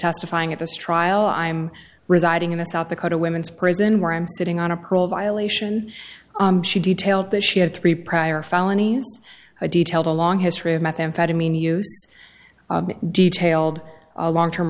testifying at this trial i'm residing in the south dakota women's prison where i'm sitting on a parole violation she detailed that she had three prior felony a detailed a long history of methamphetamine use detailed a long term